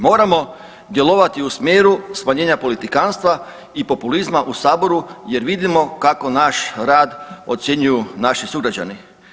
Moramo djelovati u smjeru smanjenja politikantstva i populizma u saboru jer vidimo kako naš rad ocjenjuju naši sugrađani.